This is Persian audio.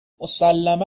مسلما